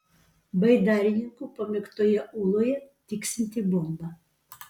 baidarininkų pamėgtoje ūloje tiksinti bomba